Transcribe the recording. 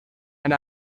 and